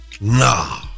nah